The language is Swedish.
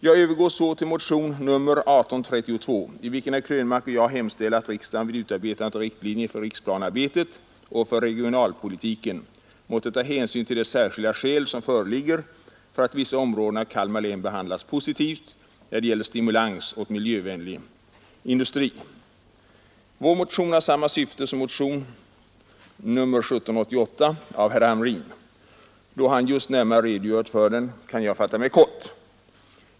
Jag övergår så till motionen 1832, i vilken herr Krönmark och jag hemställer att riksdagen vid utarbetandet av riktlinjer för riksplanearbetet och för regionalpolitiken måtte ta hänsyn till de särskilda skäl som föreligger för att vissa områden av Kalmar län behandlas positivt när det gäller stimulans åt miljövänlig industri. Vår motion har samma syfte som motionen 1788 av herr Hamrin. Då han just närmare redogjort för den kan jag fatta mig kort.